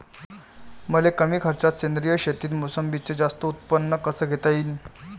मले कमी खर्चात सेंद्रीय शेतीत मोसंबीचं जास्त उत्पन्न कस घेता येईन?